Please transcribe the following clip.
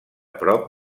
prop